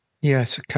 Yes